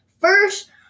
First